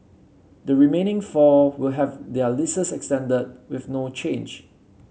the remaining four will have their leases extended with no change